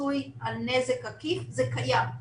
הפיצוי על נזק עקיף, זה קיים.